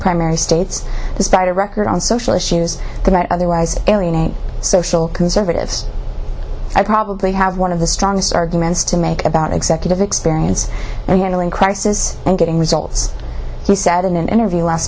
primary states despite a record on social issues could not otherwise alienate social conservatives i probably have one of the strongest arguments to make about executive experience and handling crisis and getting results he said in an interview last